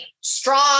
strong